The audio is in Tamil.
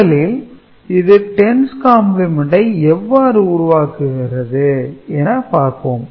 முதலில் இது 10's கம்பிளிமெண்டை எவ்வாறு உருவாக்குகிறது என பார்ப்போம்